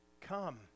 come